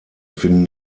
finden